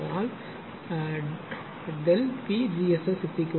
அதனால் PgSS 0